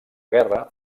guerra